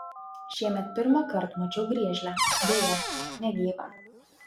šiemet pirmąkart mačiau griežlę deja negyvą